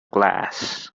glass